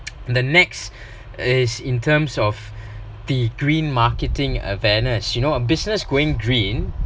the next is in terms of the green marketing awareness you know a business going green